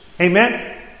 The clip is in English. Amen